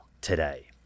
today